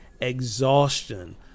exhaustion